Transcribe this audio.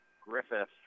Griffith